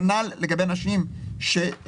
כנ"ל לגבי נשים שילדו.